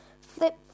Flip